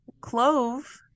clove